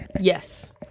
Yes